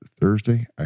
Thursday